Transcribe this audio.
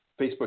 Facebook